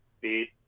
beat